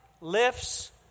lifts